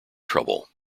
trouble